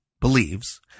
believes